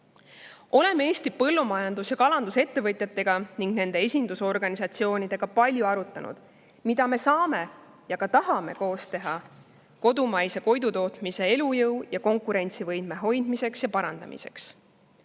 Eesti põllumajandus‑ ja kalandusettevõtjatega ning nende esindusorganisatsioonidega palju arutanud, mida me saame ja tahame koos teha kodumaise toidutootmise elujõu ja konkurentsivõime hoidmiseks ja parandamiseks.